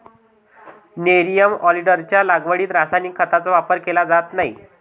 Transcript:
nerium ऑलिंडरच्या लागवडीत रासायनिक खतांचा वापर केला जात नाही